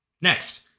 Next